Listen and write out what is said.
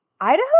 Idaho